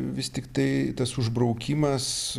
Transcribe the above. vis tiktai tas užbraukimas